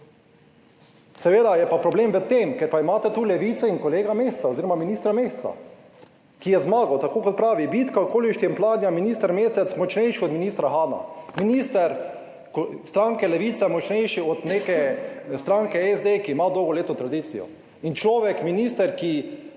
Seveda je pa problem v tem, ker pa imate tu Levico in kolega Mesca oziroma ministra Mesca, ki je zmagal. Tako kot pravi, bitka okoli štempljanja, minister Mesec močnejši od ministra Hana. Minister stranke Levica je močnejši od neke stranke SD, ki ima dolgoletno tradicijo. In človek, minister, ki,